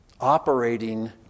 operating